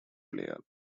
player